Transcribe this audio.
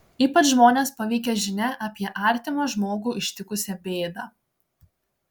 ypač žmones paveikia žinia apie artimą žmogų ištikusią bėdą